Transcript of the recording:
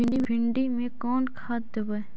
भिंडी में कोन खाद देबै?